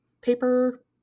paper